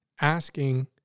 asking